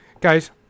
Guys